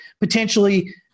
potentially